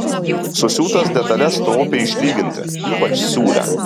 susiūtas detales stropiai išlyginti ypač siūlę